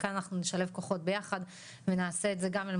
וכאן אנחנו נשלב כוחות ביחד ונעשה את זה גם אל